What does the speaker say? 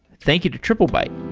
thank you to triplebyte